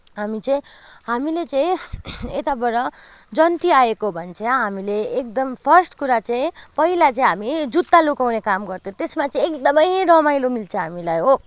हामी चाहिँ हामीले चाहिँ यताबाट जन्ती आएको भन्छ हामीले एकदम फर्स्ट कुरा चाहिँ पहिला चाहिँ हामी जुत्ता लुकाउने काम गर्थ्यो त्यसमा चाहिँ एकदमै रमाइलो मिल्छ हामीलाई हो